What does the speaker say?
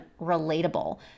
relatable